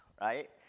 right